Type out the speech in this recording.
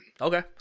Okay